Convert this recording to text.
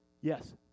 Yes